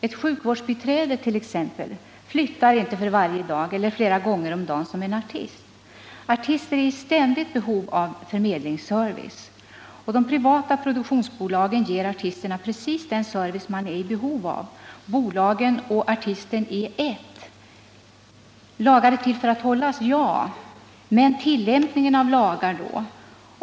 Ett sjukvårdsbiträde flyttart.ex. inte för varje dag eller flera gånger om dagen — som en artist. Artister är i ständigt behov av förmedlingsservice, och de privata produktionsbolagen ger artisterna precis den service de är i behov av — bolaget och artisten är ett. Lagen är till för att följas — ja, men hur är det då med tillämpningen av lagen?